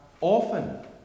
often